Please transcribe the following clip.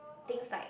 things like